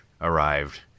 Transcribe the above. arrived